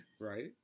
Right